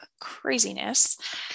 craziness